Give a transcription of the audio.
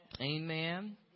Amen